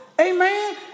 amen